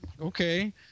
Okay